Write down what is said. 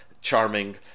charming